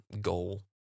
goal